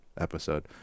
episode